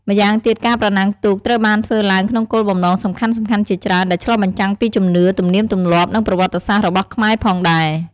ម្យ៉ាងទៀតការប្រណាំងទូកត្រូវបានធ្វើឡើងក្នុងគោលបំណងសំខាន់ៗជាច្រើន ដែលឆ្លុះបញ្ចាំងពីជំនឿ ទំនៀមទម្លាប់ និងប្រវត្តិសាស្ត្ររបស់ខ្មែរផងដែរ។